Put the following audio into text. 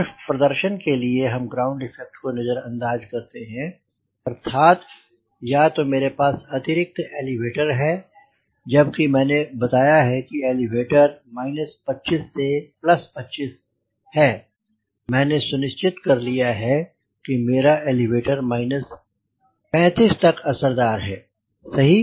सिर्फ प्रदर्शन के लिए हम ग्राउंड इफ़ेक्ट को नजरअंदाज करते हैं अर्थात या तो मेरे पास अतिरिक्त एलीवेटर है जब कि मैंने बताया कि एलीवेटर माइनस 25 से प्लस 25 है मैंने सुनिश्चित कर लिया है मेरा एलीवेटर माइनस 35 तक असरदार है सही